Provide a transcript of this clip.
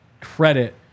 credit